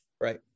right